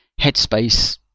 headspace